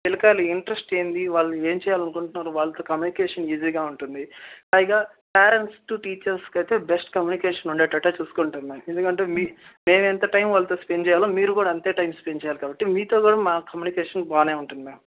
పిల్లకాయలు ఇంట్రెస్ట్ ఏంటి వాళ్ళు ఏమి చెయ్యాలనుకుంట్నారో వాళ్ళతో కమ్యూనికేషన్ ఈజీగా ఉంటుంది పైగా పేరెంట్స్ టు టీచర్స్కి అయితే బెస్ట్ కమ్యూనికేషన్ ఉండేటట్టే చూసుకుంటాము మ్యామ్ ఎందుకంటే మీ మేము ఎంత టైం వాళ్ళతో స్పెండ్ చెయ్యాలో మీరు కూడా అంతే టైం స్పెండ్ చెయ్యాలి కాబట్టి మీతో కూడా మా కమ్యూనికేషన్ బాగానే ఉంటుంది మ్యామ్